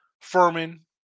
Furman